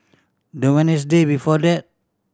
the Wednesday before that